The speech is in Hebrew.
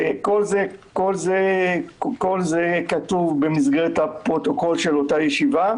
כל זה כתוב במסגרת הפרוטוקול של אותה ישיבה,